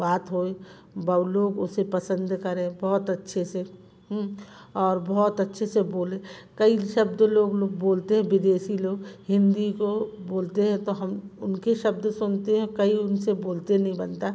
बात होए बहु लोग उसे पसंद करें बहुत अच्छे से और बहुत अच्छे से बोले कई शब्द लोग लोग बोलते हैं विदेशी लोग हिंदी को बोलते हैं तो हम उनके शब्द सुनते हैं कई उनसे बोलते नहीं बनता